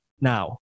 now